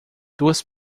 duas